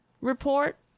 report